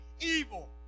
evil